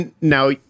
Now